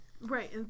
right